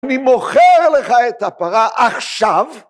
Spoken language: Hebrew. אני מוכר לך את הפרה עכשיו!